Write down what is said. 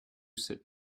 sit